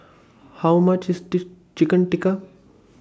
How much IS Chicken Tikka